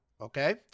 okay